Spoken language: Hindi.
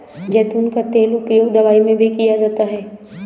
ज़ैतून का तेल का उपयोग दवाई में भी किया जाता है